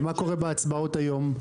ומה קורה בהצבעות היום?